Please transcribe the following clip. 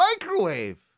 microwave